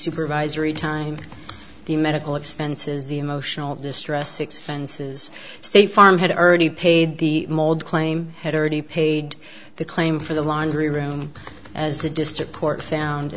supervisory time the medical expenses the emotional distress expenses state farm had already paid the mold claim had already paid the claim for the laundry room as the district court found